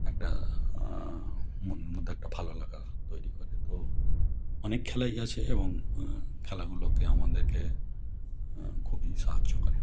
একটা মনের মধ্যে একটা ভালো লাগা তৈরি করে তো অনেক খেলাই আছে এবং খেলাগুলোকে আমাদেরকে খুবই সাহায্য করে